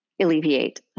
alleviate